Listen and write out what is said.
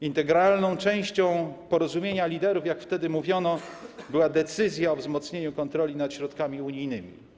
Integralną częścią porozumienia liderów, jak wtedy mówiono, była decyzja o wzmocnieniu kontroli nad środkami unijnymi.